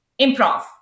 Improv